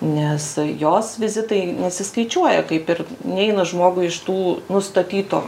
nes jos vizitai nesiskaičiuoja kaip ir neina žmogui iš tų nustatytų